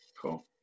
Cool